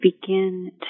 begin